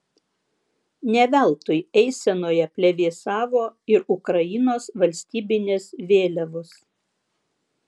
ne veltui eisenoje plevėsavo ir ukrainos valstybinės vėliavos